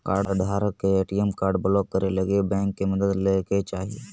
कार्डधारक के ATM card block करे लगी बैंक के मदद लय के चाही